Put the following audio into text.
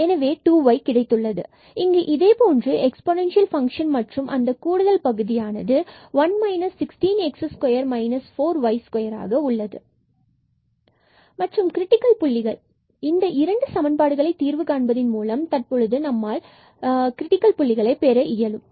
எனவே 2y கிடைக்கிறது இங்கு இதேபோன்று எக்பொனெண்சியல் ஃபங்க்ஷன் மற்றும் அந்த கூடுதல் பகுதியானது 1 16x2 4y2 உள்ளது மற்றும் கிரிட்டிக்கல் புள்ளிகளை இந்த இரண்டு சமன்பாடுகளை தீர்வு காண்பதன் மூலம் தற்பொழுது நம்மால் பெற இயலும்